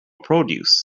produce